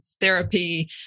therapy